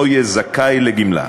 לא יהיה זכאי לגמלה.